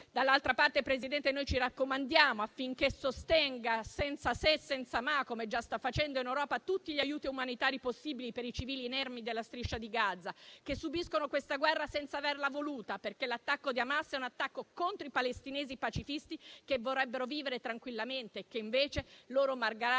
Dall'altra parte, Presidente, ci raccomandiamo affinché sostenga, senza se e senza ma, come già sta facendo in Europa, tutti gli aiuti umanitari possibili per i civili inermi della Striscia di Gaza, che subiscono questa guerra senza averla voluta, perché l'attacco di Hamas è un attacco contro i palestinesi pacifisti che vorrebbero vivere tranquillamente e che invece, loro malgrado,